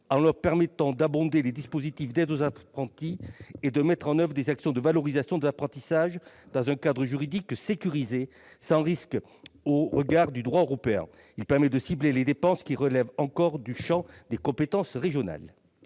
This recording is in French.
la possibilité d'abonder les dispositifs d'aide aux apprentis et de mettre en oeuvre des actions de valorisation de l'apprentissage dans un cadre juridique sécurisé, sans risque au regard du droit européen. L'adoption de cet amendement permettrait de cibler des dépenses qui relèveront encore du champ des compétences régionales.